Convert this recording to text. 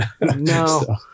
No